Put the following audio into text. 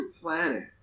Planet